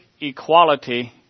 equality